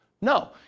No